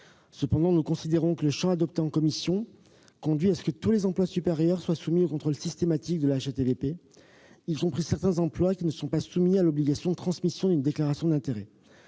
Cependant, le champ de la rédaction adoptée en commission conduit à ce que tous les emplois supérieurs soient soumis au contrôle systématique de la HATVP, y compris certains emplois qui ne sont pas soumis à l'obligation de transmission d'une déclaration d'intérêts.